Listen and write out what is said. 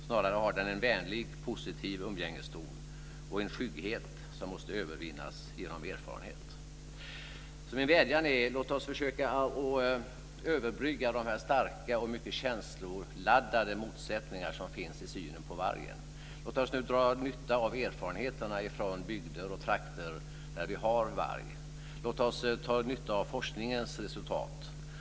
Snarare har den en vänlig positiv umgängeston och en skygghet som måste övervinnas genom erfarenhet. Min vädjan är: Låt oss försöka överbrygga de starka och mycket känsloladdade motsättningar som finns i synen på vargen. Låt oss dra nytta av erfarenheterna från bygder och trakter där vi har varg. Låt oss dra nytta av forskningens resultat.